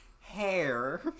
hair